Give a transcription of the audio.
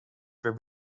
were